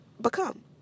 become